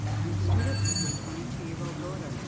and the student was my twenty two year old daughter.